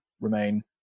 remain